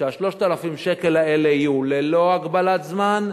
ש-3,000 השקלים האלה יהיו ללא הגבלת זמן,